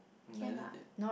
neither did